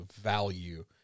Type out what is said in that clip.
value